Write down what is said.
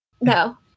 No